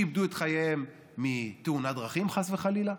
שאיבדו את חייהם מתאונת דרכים, חס וחלילה,